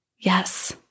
Yes